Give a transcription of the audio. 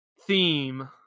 theme